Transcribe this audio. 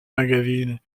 magazine